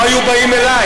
לא תהיה, לא היו באים אלי.